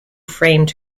framed